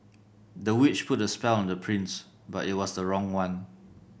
the witch put a spell on the prince but it was a wrong one